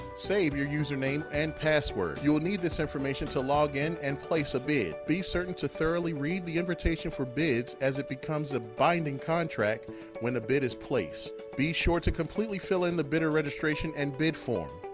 save your username and password. you will need this information to login and place a bid. be certain to thoroughly read the invitation for bids as it becomes a binding contract when a bid is placed. be sure to completely fill in the bidder registration and bid form,